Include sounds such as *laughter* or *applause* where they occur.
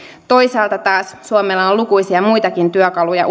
toisaalta taas suomella on ulkopolitiikassaan lukuisia muitakin työkaluja *unintelligible*